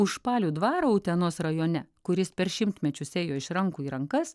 užpalių dvaro utenos rajone kuris per šimtmečius ėjo iš rankų į rankas